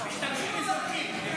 משתמשים וזורקים.